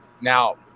Now